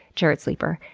jarrett sleeper.